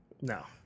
No